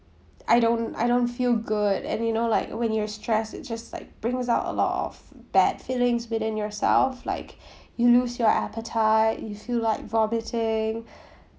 I don't I don't feel good and you know like when you're stressed it just like brings out a lot of bad feelings within yourself like you lose your appetite you feel like vomiting